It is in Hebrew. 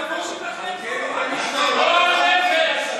גועל נפש,